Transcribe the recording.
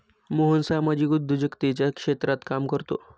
मोहन सामाजिक उद्योजकतेच्या क्षेत्रात काम करतो